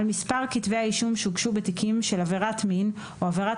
על מספר כתבי האישום שהוגשו בתיקים של עבירת מין או עבירת